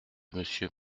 monsieur